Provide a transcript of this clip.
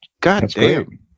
Goddamn